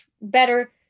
better